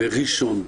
בראשון,